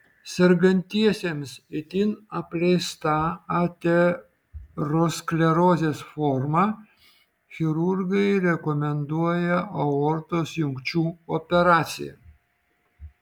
sergantiesiems itin apleista aterosklerozės forma chirurgai rekomenduoja aortos jungčių operaciją